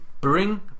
bring